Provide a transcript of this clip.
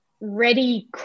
ready